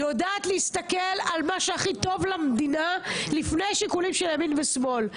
יודעת להסתכל על מה שהכי טוב למדינה לפני שיקולים של ימין ושמאל.